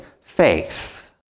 faith